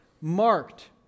marked